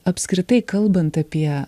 apskritai kalbant apie